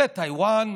בטייוואן,